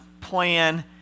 plan